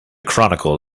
chronicle